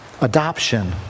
adoption